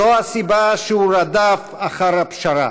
זו הסיבה שהוא רדף אחר הפשרה,